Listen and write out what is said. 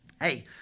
Hey